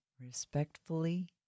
respectfully